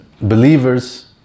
believers